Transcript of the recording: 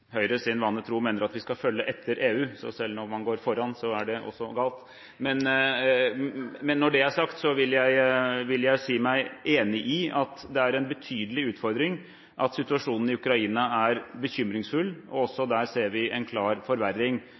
Høyre, sin vane tro, mener at vi skal følge etter EU, så selv når man går foran, er det også galt. Når det er sagt, vil jeg si meg enig i at det er en betydelig utfordring, at situasjonen i Ukraina er bekymringsfull, og at vi ser en klar forverring.